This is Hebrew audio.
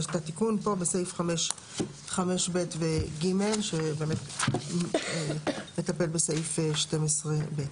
יש תיקון בסעיף 5(ב) ו-(ג) שמטפל בסעיף 12(ב).